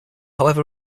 however